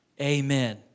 amen